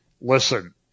listen